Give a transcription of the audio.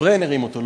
ברן הרים אותו,